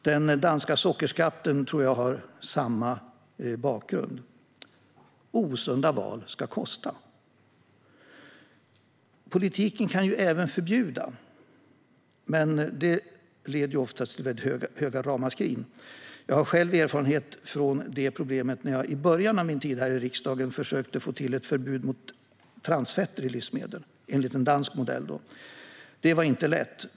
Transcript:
Den danska sockerskatten tror jag har samma bakgrund - osunda val ska kosta. Politiken kan även förbjuda, men det leder ofta till ramaskrin. Jag har själv erfarenhet av detta problem när jag i början av min tid här i riksdagen försökte få till ett förbud mot transfetter i livsmedel, enligt en dansk modell. Det var inte lätt.